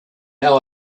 how